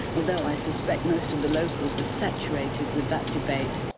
although i suspect most of the locals are saturated with that debate.